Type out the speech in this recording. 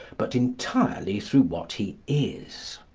but entirely through what he is.